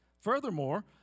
Furthermore